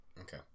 okay